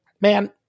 Man